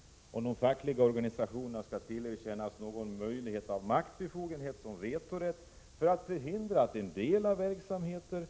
Den gällde om de fackliga organisationerna skall tillerkännas någon maktbefogenhet, som vetorätt, för att kunna förhindra att en del av verksamheten